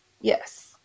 Yes